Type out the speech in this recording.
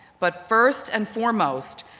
but first and foremost,